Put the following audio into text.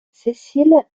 cécile